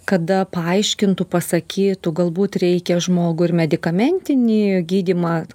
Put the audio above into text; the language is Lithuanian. kada paaiškintų pasakytų galbūt reikia žmogui ir medikamentinį gydymą